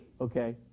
Okay